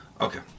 Okay